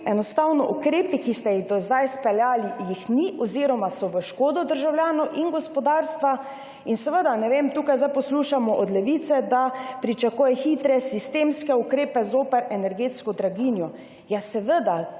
govoriti, ukrepov, ki ste jih do zdaj izpeljali, enostavno ni oziroma so v škodo državljanov in gospodarstva. Ne vem, tukaj zdaj poslušamo od Levice, da pričakuje hitre sistemske ukrepe zoper energetsko draginjo. Ja, seveda,